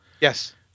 Yes